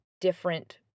different